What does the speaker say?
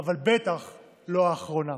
אבל בטח לא האחרונה.